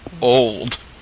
old